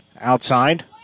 outside